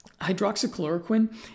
hydroxychloroquine